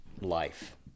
life